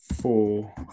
four